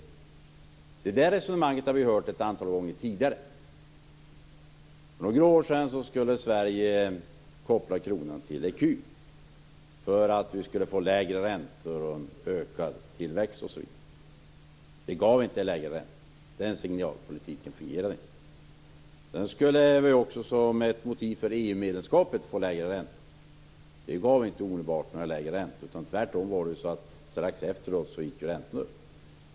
Vi har hört det här resonemanget ett antal gånger tidigare. För några år sedan skulle Sverige koppla kronan till ecun för att vi skulle få lägre räntor, ökad tillväxt osv. Det gav inte lägre räntor. Den signalpolitiken fungerade inte. Sedan skulle lägre räntor vara ett motiv för EU-medlemskapet. Detta gav inte omedelbart några lägre räntor, utan tvärtom gick räntan upp strax efteråt.